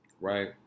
right